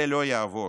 זה לא יעבור.